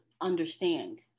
understand